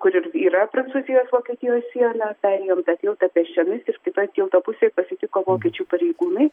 kur ir yra prancūzijos vokietijos siena perėjom tą tiltą pėsčiomis ir kitoj tilto pusėj pasitiko vokiečių pareigūnai